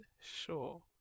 Sure